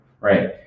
Right